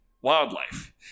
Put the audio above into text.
wildlife